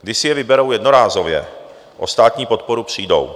Když si je vyberou jednorázově, o státní podporu přijdou.